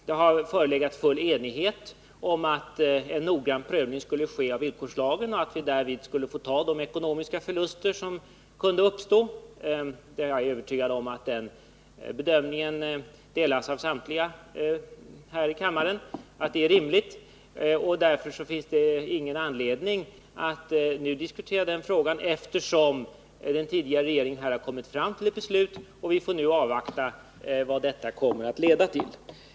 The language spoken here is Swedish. Det har förelegat full enighet om att en noggrann prövning skulle ske av villkorslagen och att vi därvid skulle ta de ekonomiska förluster som kunde uppstå. Jag är övertygad om att den bedömningen delas av samtliga här i kammaren. Det är heller ingen anledning att nu diskutera den frågan, eftersom den tidigare regeringen här har kommit fram till ett beslut. Vi får nu avvakta vad detta kommer att leda till.